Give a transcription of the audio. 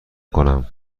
کنم